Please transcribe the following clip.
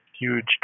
huge